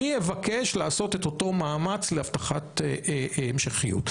אני אבקש לעשות את אותו מאמץ להבטחת המשכיות.